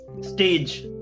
stage